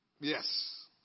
Yes